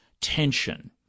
tension